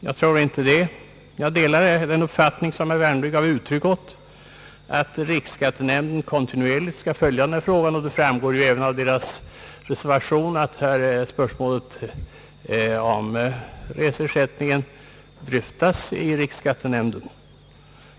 Jag tror inte det utan delar den uppfattning som även herr Wärnberg gav uttryck åt, att riksskattenämnden kontinuerligt skall följa denna fråga. Det framgår även av reservationen, att spörsmålet om reseersättningen dryftas i riksskattenämnden.